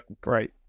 great